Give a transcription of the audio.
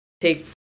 take